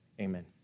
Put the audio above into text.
Amen